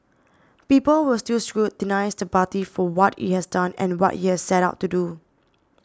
people will still scrutinise the party for what it has done and what it has set out to do